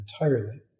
entirely